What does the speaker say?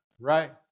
right